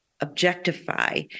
objectify